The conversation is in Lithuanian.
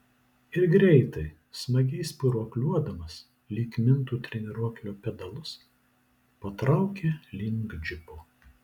ir greitai smagiai spyruokliuodamas lyg mintų treniruoklio pedalus patraukė link džipo